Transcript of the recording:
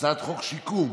הצעת חוק שיקום,